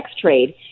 trade